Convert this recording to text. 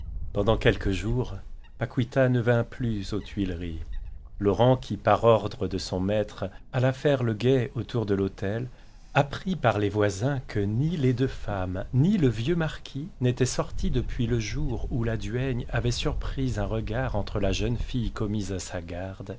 pendant quelques jours paquita ne vint plus aux tuileries laurent qui par ordre de son maître alla faire le guet autour de l'hôtel apprit par les voisins qui ni les deux femmes ni le vieux marquis n'étaient sortis depuis le jour où la duègne avait surpris un regard entre la jeune fille commise à sa garde